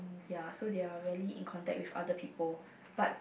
ya so they are vary in contact with other people but